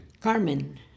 Carmen